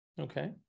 Okay